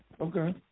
Okay